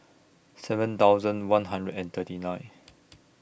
seven thousand one hundred and thirty nine